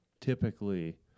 typically